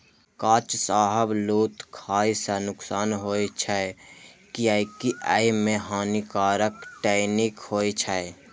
कांच शाहबलूत खाय सं नुकसान होइ छै, कियैकि अय मे हानिकारक टैनिन होइ छै